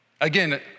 Again